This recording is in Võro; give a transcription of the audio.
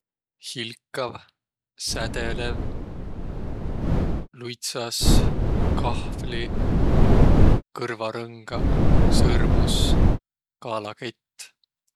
Hilkav, sädelev, luidsas, kahvli, kõrvarõngaq, sõrmus, kaalakett.